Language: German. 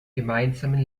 gemeinsamen